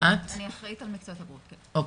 ואת הדרישות נתן משרד הבריאות ולכן,